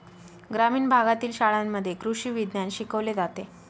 ग्रामीण भागातील शाळांमध्ये कृषी विज्ञान शिकवले जाते